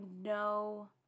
no